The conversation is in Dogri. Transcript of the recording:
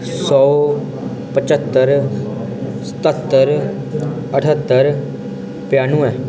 सौ पचत्तर सतत्तर अठत्तर पचानवैं